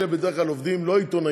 אלה בדרך כלל עובדים שהם לא עיתונאים,